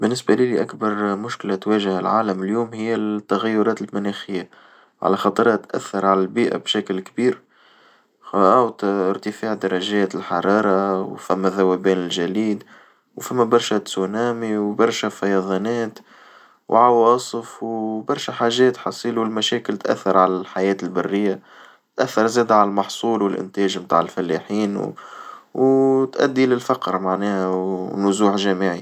بالنسبة لي أكبر مشكلة تواجه العالم اليوم هي التغيرات المناخية على خاطرها تأثر على البيئة بشكل كبير، ارتفاع درجات الحرارة وفما ذوبان الجليد، وفما برشا تسونامي وبرشا فياضانات وعواصف وبرشا حاجات حصيل والمشاكل تأثر على الحياة البرية تأثر زادا عالمحصول والإنتاج متاع الفلاحين وتؤدي للفقر معناها ونزوح جماعي.